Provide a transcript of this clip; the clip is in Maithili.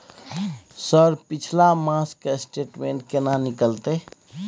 सर पिछला मास के स्टेटमेंट केना निकलते?